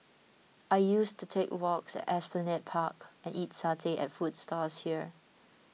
I used to take walks at Esplanade Park and eat satay at food stalls here